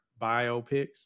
biopics